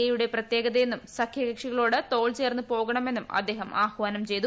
A യുടെ പ്രത്യേകതയെന്നും സഖ്യകക്ഷികളോട് തോൾ ചേർന്ന് പോകണമെന്നും അദ്ദേഹം ആഹ്വാനം ചെയ്തു